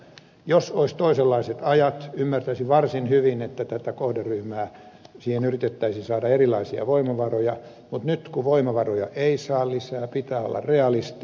jos olisi toisenlaiset ajat ymmärtäisin varsin hyvin että tähän kohderyhmään yritettäisiin saada erilaisia voimavaroja mutta nyt kun voimavaroja ei saa lisää pitää olla realisti